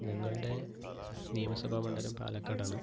ഞങ്ങളുടെ നിയമസഭാ മണ്ഡലം പാലക്കാടാണ്